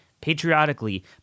patriotically